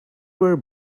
were